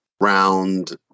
round